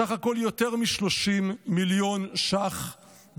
סך הכול יותר מ-30 מיליון שקלים,